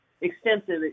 extensive